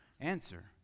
answer